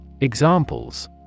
Examples